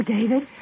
David